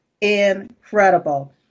incredible